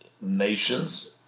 nations